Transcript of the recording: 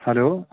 hello